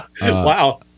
Wow